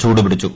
ചൂടുപിടിച്ചു